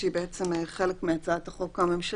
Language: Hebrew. שהיא בעצם חלק מהצעת החוק הממשלתית,